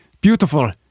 Beautiful